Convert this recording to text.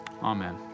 Amen